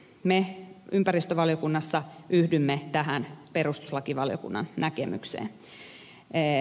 me ympäristövaliokunnassa yhdymme tähän perustuslakivaliokunnan näkemykseen